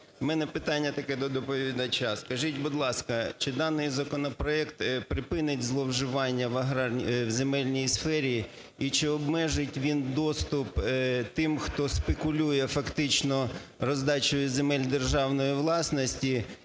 В мене питання таке до доповідача. Скажіть, будь ласка, чи даний законопроект припинить зловживання в земельній сфері і чи обмежить він доступ тим, хто спекулює фактично роздачею земель державної власності,